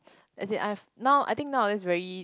as in I've now I think nowadays very